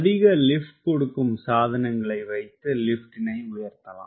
அதிக லிப்ட் கொடுக்கும் சாதனங்களை வைத்து லிப்ட்டினை உயர்த்தலாம்